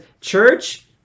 church